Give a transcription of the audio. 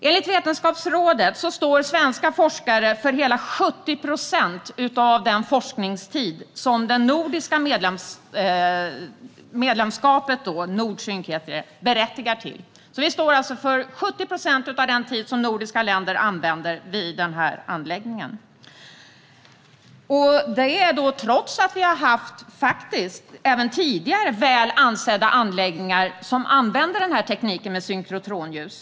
Enligt Vetenskapsrådet står svenska forskare för hela 70 procent av den forskningstid som det nordiska medlemskapet Nordsync berättigar till, det vill säga den tid som nordiska länder använder i anläggningen. Så är det trots att vi även tidigare har haft väl ansedda anläggningar som använder tekniken med synkrotronljus.